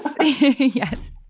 Yes